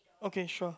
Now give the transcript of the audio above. okay sure